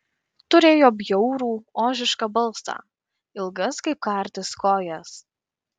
turėjo bjaurų ožišką balsą ilgas kaip kartis kojas